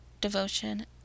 devotion